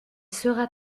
sera